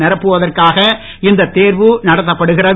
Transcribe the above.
நிரப்புவதற்காக இந்த தேர்வு நடத்தப்படுகிறது